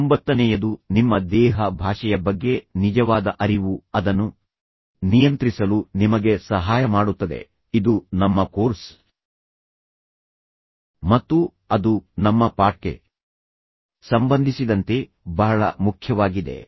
ಒಂಬತ್ತನೇಯದು ನಿಮ್ಮ ದೇಹ ಭಾಷೆಯ ಬಗ್ಗೆ ನಿಜವಾದ ಅರಿವು ಅದನ್ನು ನಿಯಂತ್ರಿಸಲು ನಿಮಗೆ ಸಹಾಯ ಮಾಡುತ್ತದೆ ಇದು ನಮ್ಮ ಕೋರ್ಸ್ ಮತ್ತು ನಮ್ಮ ಪಾಠಕ್ಕೆ ಸಂಬಂಧಿಸಿದಂತೆ ಬಹಳ ಮುಖ್ಯವಾಗಿದೆ